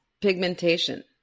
pigmentation